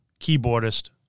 keyboardist